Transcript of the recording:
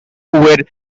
were